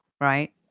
right